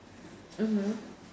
mmhmm